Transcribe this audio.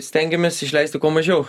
stengiamės išleisti kuo mažiau